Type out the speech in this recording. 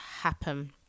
happen